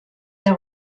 der